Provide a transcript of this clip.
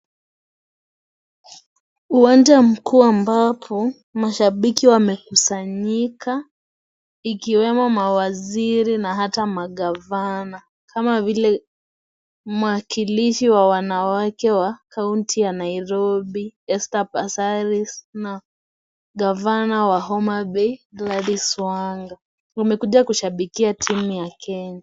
Uwanja mkuu ambapo mashabiki wamekusanyika, ikiwemo mawaziri na hata magavana kama vile mwakilishi wa wanawake wa kaunti ya Nairobi Ester Pasari na gavana wa Homabay Galdys Wanga. Wamekuja kushabikia timu ya Kenya.